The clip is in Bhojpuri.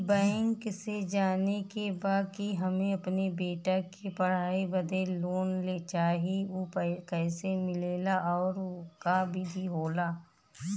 ई बैंक से जाने के बा की हमे अपने बेटा के पढ़ाई बदे लोन चाही ऊ कैसे मिलेला और का विधि होला?